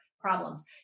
problems